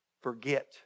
Forget